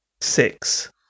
Six